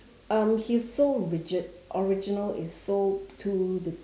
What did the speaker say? um he is so rigid original is so to the